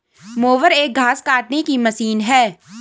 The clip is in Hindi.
मोवर एक घास काटने की मशीन है